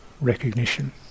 recognition